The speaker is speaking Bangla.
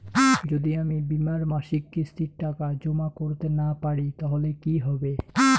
যদি আমি বীমার মাসিক কিস্তির টাকা জমা করতে না পারি তাহলে কি হবে?